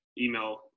email